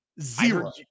Zero